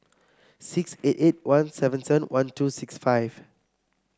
six eight eight one seven seven one two six five